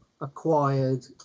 acquired